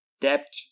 debt